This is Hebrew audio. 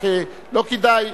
רק לא כדאי.